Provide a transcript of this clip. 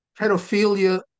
pedophilia